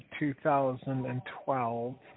2012